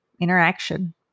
interaction